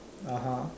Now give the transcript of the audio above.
(uh huh)